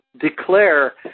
declare